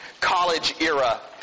college-era